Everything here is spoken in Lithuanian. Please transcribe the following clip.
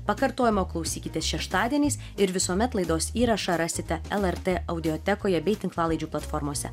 pakartojimo klausykitės šeštadieniais ir visuomet laidos įrašą rasite lrt audiotekoje bei tinklalaidžių platformose